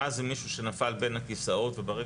מה זה מישהו שנפל בין הכיסאות וברגע